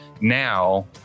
now